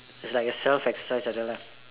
it's like a self exercise like that lah